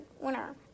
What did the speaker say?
Winner